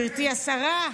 גברתי השרה,